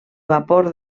vapor